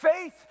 faith